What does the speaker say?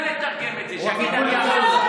תתרגם את זה אחרי.